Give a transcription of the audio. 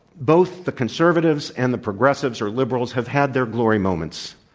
both the conservatives and the progressives or liberals have had their glory moments.